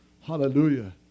Hallelujah